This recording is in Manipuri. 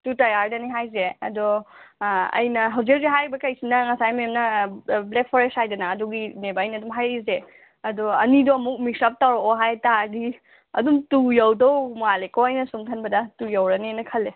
ꯇꯨ ꯇꯤꯌꯥꯔꯗꯅꯦ ꯍꯥꯏꯁꯦ ꯑꯗꯣ ꯑꯩꯅ ꯍꯧꯖꯤꯛ ꯍꯧꯖꯤꯛ ꯍꯥꯏꯔꯤꯕꯈꯩꯁꯤꯅ ꯉꯁꯥꯏ ꯃꯦꯝꯅ ꯕ꯭ꯂꯦꯛ ꯐꯣꯔꯦꯁ ꯍꯥꯏꯗꯅ ꯑꯗꯨꯒꯤꯅꯦꯕ ꯑꯩꯅ ꯑꯗꯨꯝ ꯍꯥꯏꯔꯛꯏꯁꯦ ꯑꯗꯣ ꯑꯅꯤꯗꯣ ꯑꯃꯨꯛ ꯃꯤꯛꯁꯑꯞ ꯇꯧꯔꯛꯑꯣ ꯍꯥꯏꯇꯥꯔꯗꯤ ꯑꯗꯨꯝ ꯇꯨ ꯌꯧꯗꯧ ꯃꯥꯜꯂꯦꯀꯣ ꯑꯩꯅ ꯁꯨꯝ ꯈꯟꯕꯗ ꯇꯨ ꯌꯧꯔꯅꯦꯅ ꯈꯜꯂꯦ